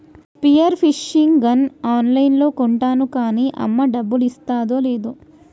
spear fishing gun ఆన్ లైన్లో కొంటాను కాన్నీ అమ్మ డబ్బులిస్తాదో లేదో